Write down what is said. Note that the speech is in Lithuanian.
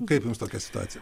kaip jums tokia situacija